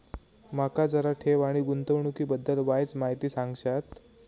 माका जरा ठेव आणि गुंतवणूकी बद्दल वायचं माहिती सांगशात?